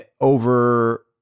over